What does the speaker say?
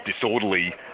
disorderly